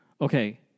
Okay